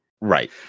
Right